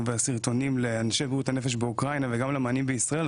והסרטונים לאנשי בריאות הנפש באוקראינה וגם למענים בישראל,